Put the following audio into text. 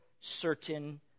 certain